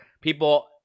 people